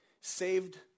Saved